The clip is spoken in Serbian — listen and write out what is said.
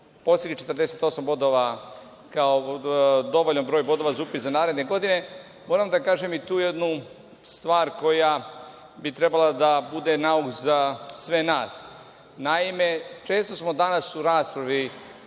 postigli 48 bodova, kao dovoljan broj bodova za upis za naredne godine, moram da kažem i tu jednu stvar koja bi trebalo da bude nauk za sve nas. Naime, često smo danas u raspravi